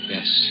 Yes